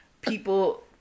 people